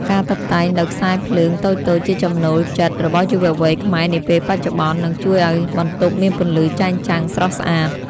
ការតុបតែងដោយខ្សែភ្លើងតូចៗជាចំណូលចិត្តរបស់យុវវ័យខ្មែរនាពេលបច្ចុប្បន្ន និង ជួយឱ្យបន្ទប់មានពន្លឺចែងចាំងស្រស់ស្អាត។